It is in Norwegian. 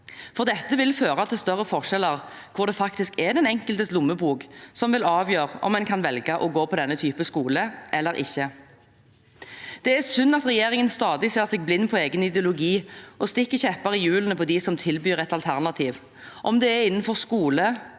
Dette vil føre til større forskjeller, hvor det faktisk er den enkeltes lommebok som vil avgjøre om en kan velge å gå på denne type skole eller ikke. Det er synd at regjeringen stadig ser seg blind på egen ideologi og stikker kjepper i hjulene for dem som tilbyr et alternativ – om det er innenfor skole,